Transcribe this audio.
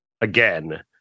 again